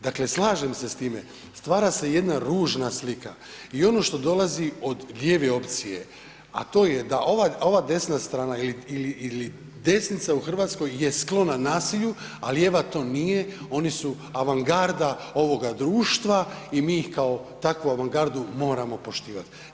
Dakle, slažem se s time, stvara se jedna ružna slika i ono što dolazi od lijeve opcije, a to je da ova desna strana ili desnica u Hrvatskoj je sklona nasilju, a lijeva to nije, oni su avangarda ovoga društva i mi ih kao takvu avangardu moramo poštivati.